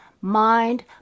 mind